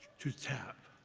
to tap.